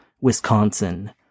Wisconsin